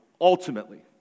ultimately